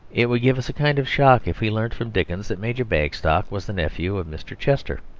it would give us a kind of shock if we learnt from dickens that major bagstock was the nephew of mr. chester.